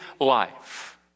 life